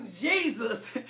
Jesus